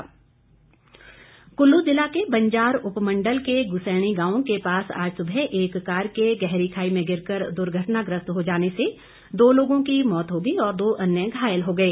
दुर्घटना कुल्लू जिला के बंजार उपलमंडल के गुसैणी गांव के पास आज सुबह एक कार के गहरी खाई में गिर कर दुर्घटनाग्रस्त हो जाने से दो लोगों की मौत हो गई और दो अन्य घायल हो गए